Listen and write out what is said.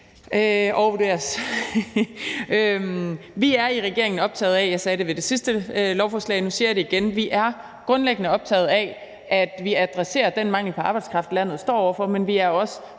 Vi er i regeringen grundlæggende optaget af at adressere den mangel på arbejdskraft, landet står over for, men vi er også